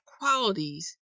qualities